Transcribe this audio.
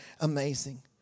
amazing